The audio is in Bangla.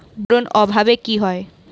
বোরন অভাবে কি হয়?